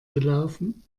gelaufen